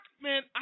man